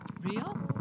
real